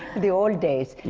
the old days.